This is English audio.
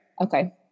okay